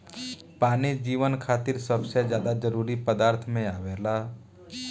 पानी जीवन खातिर सबसे ज्यादा जरूरी पदार्थ में आवेला